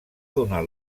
donar